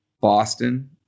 Boston